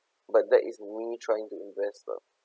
but that is me trying to invest lah